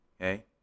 Okay